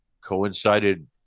coincided